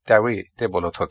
त्यावेळी ते बोलत होते